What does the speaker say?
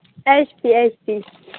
H P H P